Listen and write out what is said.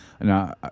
Now